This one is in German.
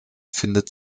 findet